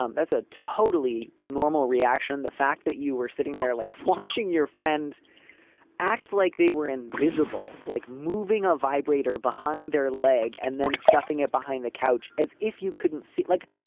um that's a totally normal reaction the fact that you were sitting there like watching your friend act like they were invisible like moving a vibrator behind their leg and then stuffing it behind the couch as if you couldn't see it like